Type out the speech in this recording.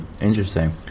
interesting